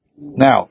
Now